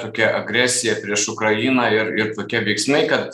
tokia agresija prieš ukrainą ir ir tokie veiksmai kad